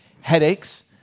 headaches